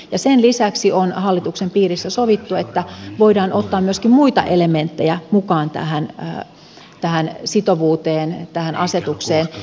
sen lisäksi on hallituksen piirissä sovittu että voidaan ottaa myöskin muita elementtejä mukaan tähän sitovuuteen tähän asetukseen